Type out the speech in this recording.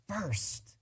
first